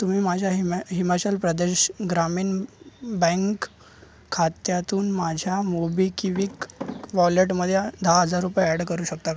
तुम्ही माझ्या हिमा हिमाचल प्रदेश ग्रामीण बँक खात्यातून माझ्या मोबिक्विक वॉलेटमध्ये दहा हजार रुपये ॲड करू शकता का